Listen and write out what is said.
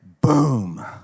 boom